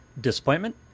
disappointment